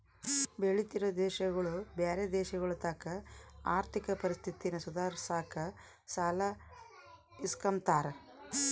ಬೆಳಿತಿರೋ ದೇಶಗುಳು ಬ್ಯಾರೆ ದೇಶಗುಳತಾಕ ಆರ್ಥಿಕ ಪರಿಸ್ಥಿತಿನ ಸುಧಾರ್ಸಾಕ ಸಾಲ ಇಸ್ಕಂಬ್ತಾರ